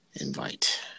invite